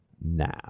now